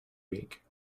week